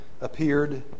appeared